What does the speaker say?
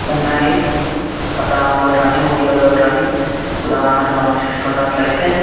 ఉన్నాయి పట్టణాల్లో కానీ ఊళ్ళలో కానీ ఉదాహరణకు మనం చూస్తున్నట్లయితే